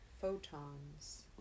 photons